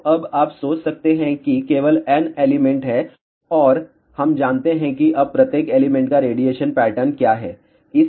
तो अब आप सोच सकते हैं कि केवल n एलिमेंट हैं और हम जानते हैं कि अब प्रत्येक एलिमेंट का रेडिएशन पैटर्न क्या है